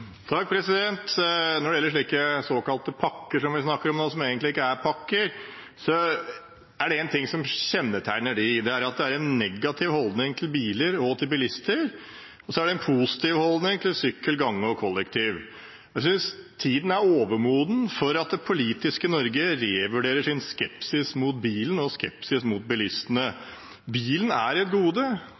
som egentlig ikke er pakker, er det én ting som kjennetegner dem. Det er en negativ holdning til biler og bilister, og så er det en positiv holdning til sykkel, gange og kollektiv. Jeg synes tiden er overmoden for at det politiske Norge revurderer sin skepsis mot bilen og bilistene. Bilen er et gode,